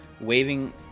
waving